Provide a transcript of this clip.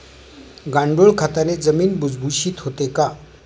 गांडूळ खताने जमीन भुसभुशीत होते का?